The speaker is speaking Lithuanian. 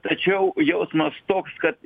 tačiau jausmas toks kad